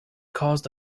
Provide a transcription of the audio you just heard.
caused